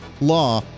law